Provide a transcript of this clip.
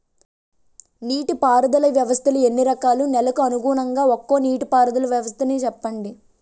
నీటి పారుదల వ్యవస్థలు ఎన్ని రకాలు? నెలకు అనుగుణంగా ఒక్కో నీటిపారుదల వ్వస్థ నీ చెప్పండి?